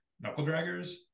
knuckle-draggers